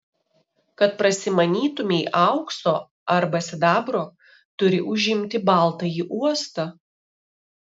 kad prasimanytumei aukso arba sidabro turi užimti baltąjį uostą